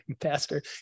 pastor